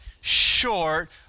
short